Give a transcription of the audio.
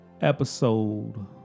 episode